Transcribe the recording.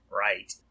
Right